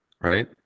Right